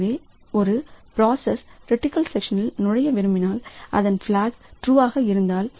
எனவே ஒரு process critical செக்ஷனில் நுழைய விரும்பினால் அதன் பிளாக் ட்ரூவாக இருந்தால்